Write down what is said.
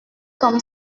comme